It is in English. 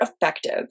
effective